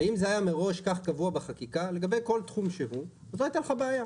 אם זה היה מראש כך קבוע בחקיקה לגבי כל תחום שהוא לא הייתה לך בעיה,